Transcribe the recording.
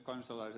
hallitus